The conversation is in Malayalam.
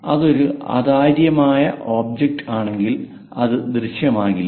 അതൊരു അതാര്യമായ ഒബ്ജക്റ്റ് ആണെങ്കിൽ ഇത് ദൃശ്യമാകില്ല